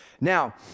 Now